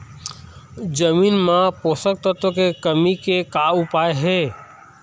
जमीन म पोषकतत्व के कमी का उपाय हे?